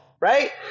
right